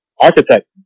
architect